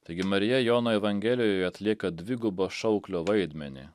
taigi marija jono evangelijoje atlieka dvigubo šauklio vaidmenį